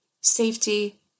safety